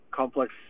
complex